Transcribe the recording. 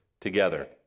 together